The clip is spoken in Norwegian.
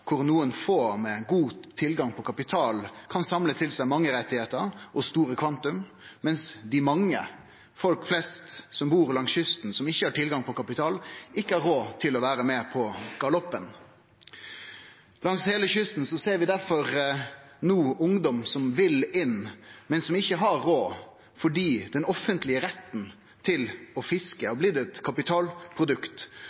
med god tilgang på kapital kan samle til seg mange rettar og store kvantum, mens dei mange, folk flest som bur langs kysten, og som ikkje har tilgang på kapital, ikkje har råd til å vere med på galoppen. Langs heile kysten ser vi derfor no ungdom som vil inn, men som ikkje har råd fordi den offentlege retten til å fiske